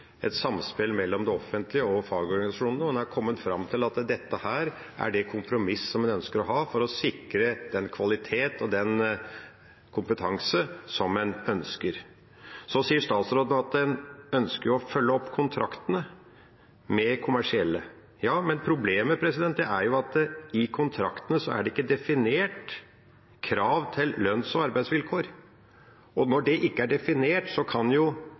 et samspill mellom det offentlige og fagorganisasjonene, og en har kommet fram til at dette er det kompromisset en ønsker å ha for å sikre den kvalitet og kompetanse som en ønsker. Statsråden sier at en ønsker å følge opp kontraktene med kommersielle. Men problemet er at det i kontraktene ikke er definert krav til lønns- og arbeidsvilkår. Når det ikke er definert, kan